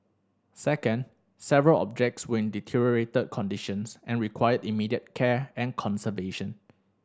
second several objects were in deteriorated conditions and required immediate care and conservation